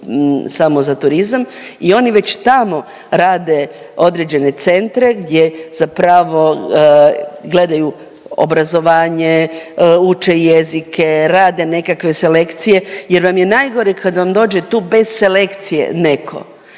samo za turizam i oni već tamo rade određene centre gdje zapravo gledaju obrazovanje, uče jezike, rade nekakve selekcije jer vam je najgore kad vam dođe tu bez selekcije netko.